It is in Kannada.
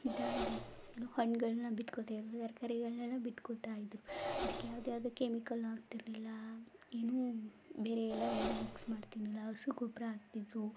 ಗಿಡ ಏನು ಹಣಗಳ್ನ ಬಿತ್ಕೊಳ್ತಾಯಿದ್ರು ತರಕಾರಿಗಳ್ನೆಲ್ಲ ಬಿತ್ಕೊಳ್ತಾಯಿದ್ರು ಅದಕ್ಕೆ ಯಾವುದೇ ಅದು ಕೆಮಿಕಲ್ ಹಾಕ್ತಿರಲಿಲ್ಲ ಏನು ಬೇರೆಯೆಲ್ಲ ಏನೂ ಮಿಕ್ಸ್ ಮಾಡ್ತಿರಲಿಲ್ಲ ಹಸು ಗೊಬ್ಬರ ಹಾಕ್ತಿದ್ರು